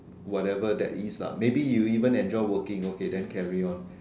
whatever that is ah maybe you even enjoy working okay that carry on